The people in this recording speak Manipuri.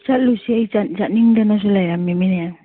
ꯆꯠꯂꯨꯁꯤ ꯆꯠꯅꯤꯡꯗꯅꯁꯨ ꯂꯩꯔꯝꯃꯤꯅꯤꯅꯦ